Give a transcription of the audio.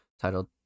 titled